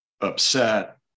upset